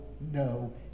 no